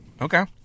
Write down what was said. Okay